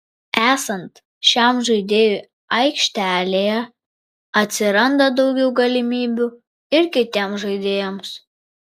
esant šiam žaidėjui aikštelėje atsiranda daugiau galimybių ir kitiems žaidėjams